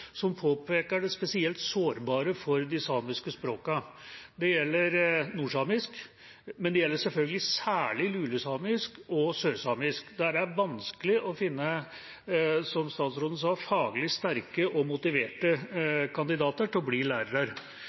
som påpeker det spesielt sårbare for de samiske språkene. Det gjelder nordsamisk, men det gjelder selvfølgelig særlig lulesamisk og sørsamisk, der det er vanskelig å finne, som statsråden sa, faglig sterke og motiverte kandidater til å bli